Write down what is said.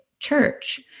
Church